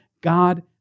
God